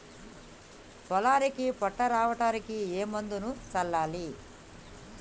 పొలానికి పొట్ట రావడానికి ఏ మందును చల్లాలి?